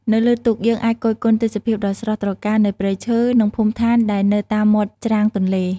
នៅលើទូក យើងអាចគយគន់ទេសភាពដ៏ស្រស់ត្រកាលនៃព្រៃឈើ និងភូមិឋានដែលនៅតាមមាត់ច្រាំងទន្លេ។